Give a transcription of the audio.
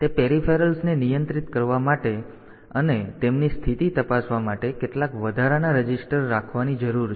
તેથી તે પેરિફેરલ્સ ને નિયંત્રિત કરવા માટે આપણે તેમને નિયંત્રિત કરવા અને તેમની સ્થિતિ તપાસવા માટે કેટલાક વધારાના રજિસ્ટર રાખવાની જરૂર છે